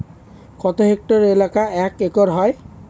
কত হেক্টর এলাকা এক একর হয়?